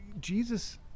jesus